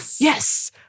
Yes